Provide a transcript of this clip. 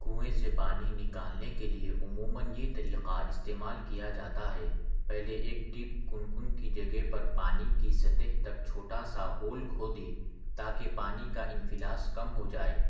کنویں سے پانی نکالنے کے لئے عموماً یہ طریقہ استعمال کیا جاتا ہے پہلے ایک ڈپ کن کن کی جگہ پر پانی کی سطح تک چھوٹا سا ہول کھودے تاکہ پانی کا انفلاس کم ہو جائے